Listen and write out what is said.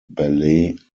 ballet